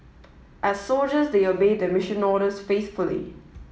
as soldiers they obeyed their mission orders faithfully